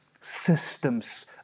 systems